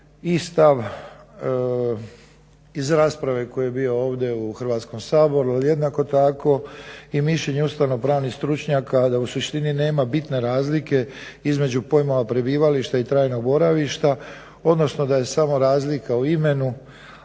i stav iz rasprave koji je bio ovde u Hrvatskom saboru, ali jednako tako i mišljenje ustavno-pravnih stručnjaka, a da u suštini nema bitne razlike između pojmova prebivališta i trajnog boravišta, odnosno da je samo razlika u imenu,